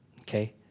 okay